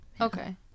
okay